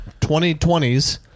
2020s